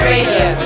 Radio